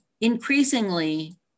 Increasingly